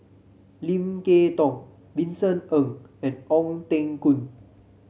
Lim Kay Tong Vincent Ng and Ong Teng Koon